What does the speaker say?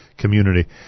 community